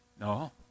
No